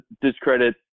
discredit